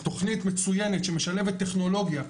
תוכנית מצוינת שמשלבת טכנולוגיה,